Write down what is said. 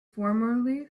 formerly